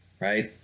right